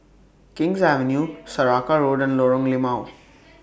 King's Avenue Saraca Road and Lorong Limau